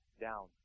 down